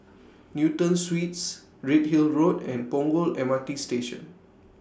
Newton Suites Redhill Road and Punggol M R T Station